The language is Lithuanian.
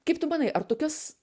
kaip tu manai ar tokias